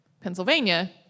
Pennsylvania